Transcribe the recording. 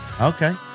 Okay